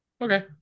Okay